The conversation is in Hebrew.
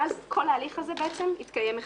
ואז כל ההליך הזה יתקיים מחדש.